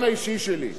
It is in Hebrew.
המלחמה.